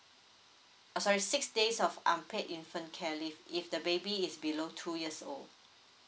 uh sorry six days of unpaid infant care leave if the baby is below two years old